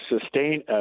sustain